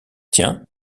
tiens